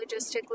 logistically